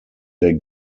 der